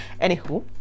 Anywho